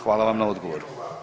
Hvala vam na odgovoru.